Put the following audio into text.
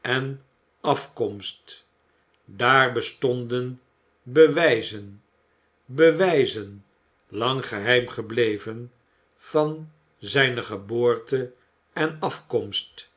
en afkomst daar bestonden bewijzen bewijzen lang geheim gebleven van zijne geboorte en afkomst